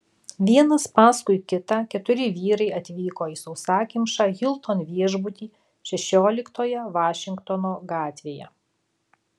vienas paskui kitą keturi vyrai atvyko į sausakimšą hilton viešbutį šešioliktoje vašingtono gatvėje